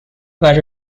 where